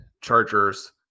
Chargers